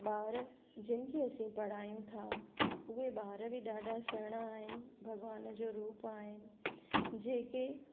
ॿार जंहिंखे असी पढ़ायूं था उहे ॿार बि ॾाढा सुहिणा आहिनि भॻवान जो रुप आहिनि जेके